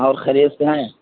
اور خریت سے ہیں